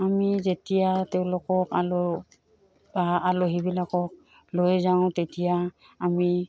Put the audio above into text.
আমি যেতিয়া তেওঁলোকক বা আলহীবিলাকক লৈ যাওঁ তেতিয়া আমি